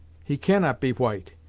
he cannot be white!